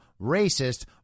racist